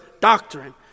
doctrine